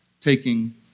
taking